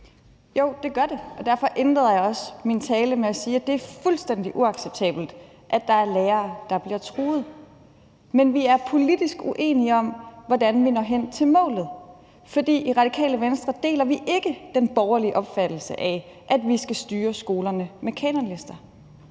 Jo, det gør det, og derfor indledte jeg også min tale med at sige, at det er fuldstændig uacceptabelt, at der er lærere, der bliver truet. Men vi er politisk uenige om, hvordan vi når hen til målet, for i Radikale Venstre deler vi ikke den borgerlige opfattelse af, at vi skal styre skolerne med kanonlister.